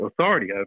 authority